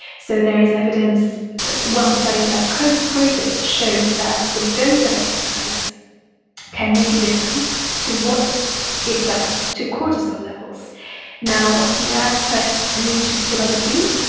so there is evidence, one study that i've coached quoted shows that the dose of exercise can make a difference to what it does to cortisol levels now, you know, as per nature's philosophy,